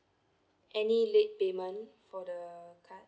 any late payment for the card